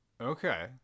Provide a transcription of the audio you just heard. Okay